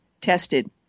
tested